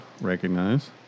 recognize